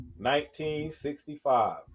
1965